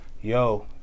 Yo